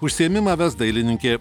užsiėmimą ves dailininkė